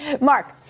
Mark